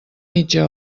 mitja